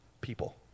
people